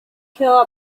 kill